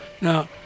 Now